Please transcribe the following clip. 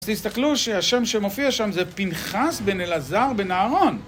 אז תסתכלו שהשם שמופיע שם זה פנחס בן אלעזר בן אהרון.